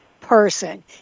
person